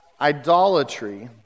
idolatry